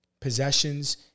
possessions